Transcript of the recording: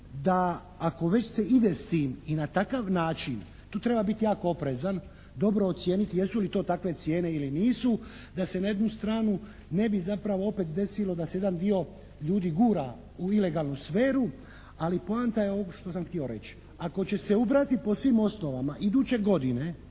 da ako već se ide s tim i na takav način tu treba biti jako oprezan. Dobro ocijeniti jesu li to takve cijene ili nisu da se na jednu stranu ne bi zapravo opet desilo da se jedan dio ljudi gura u ilegalnu sferu, ali poanta je ovo što sam htio reći. Ako će se ubrati po svim osnovama iduće godine